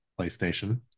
PlayStation